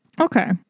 Okay